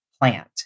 plant